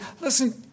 listen